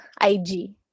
IG